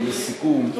לסיכום,